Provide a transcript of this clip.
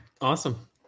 Awesome